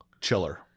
chiller